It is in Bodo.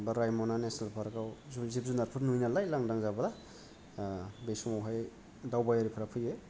बा रायमना नेसनेल फार्कयाव जिब जुनारफोर नुयो नालाय लांदां जाब्ला ओ बे समावहाय दावबायारिफोरा फैयो